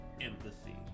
empathy